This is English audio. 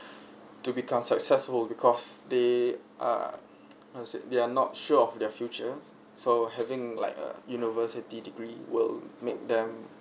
to become successful because they ah how to say they are not sure of their future so having like a university degree will make them